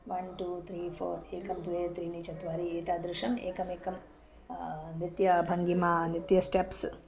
one two three four एकं द्वे त्रीणि चत्वारि एतादृशम् एकमेकं नृत्य भङ्गिमा नृत्य स्टेप्स्